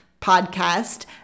podcast